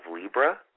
Libra